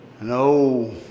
No